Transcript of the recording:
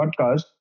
podcast